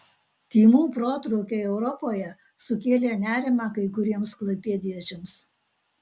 tymų protrūkiai europoje sukėlė nerimą kai kuriems klaipėdiečiams